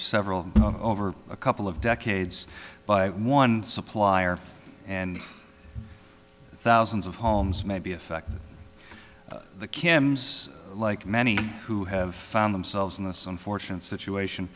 several over a couple of decades by one supplier and thousands of homes may be affected the cans like many who have found themselves in the sun fortunate situation